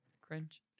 cringe